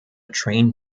train